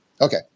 Okay